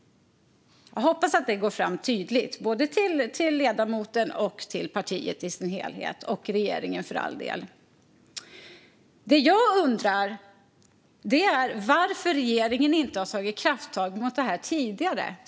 Jag hoppas att det går fram tydligt, både till ledamoten och till partiet och för all del också regeringen. Det jag undrar är varför regeringen inte har tagit krafttag mot detta tidigare.